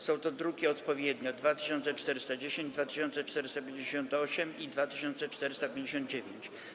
Są to odpowiednio druki nr 2410, 2458 i 2459.